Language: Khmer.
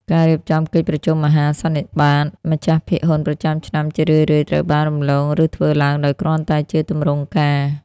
ការរៀបចំកិច្ចប្រជុំមហាសន្និបាតម្ចាស់ភាគហ៊ុនប្រចាំឆ្នាំ ជារឿយៗត្រូវបានរំលង ឬធ្វើឡើងដោយគ្រាន់តែជាទម្រង់ការ។